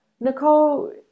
Nicole